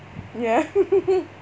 ya